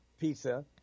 pizza